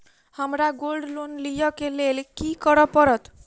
हमरा gold loan लिय केँ लेल की करऽ पड़त?